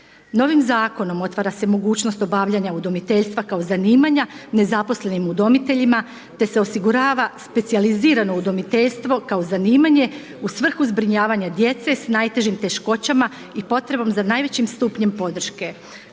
Novim zakonom otvara se nova mogućnost obavljanja udomiteljstva kao zanimanja nezaposlenim udomiteljima te se osigurava specijalizirano udomiteljstvo kao zanimanje u svrhu zbrinjavanja djece s najtežim teškoćama i potrebom za najvećim stupnjem podrške